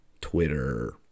Twitter